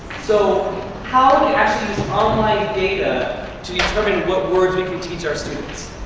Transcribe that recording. so how to actually use online data to determine what words we can teach our students.